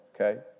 okay